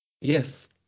Yes